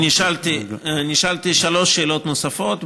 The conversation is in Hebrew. נשאלתי שלוש שאלות נוספות.